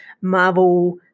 Marvel